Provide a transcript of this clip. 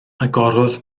agorodd